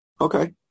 Okay